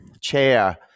chair